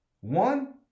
one